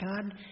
God